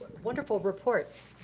wonderful report.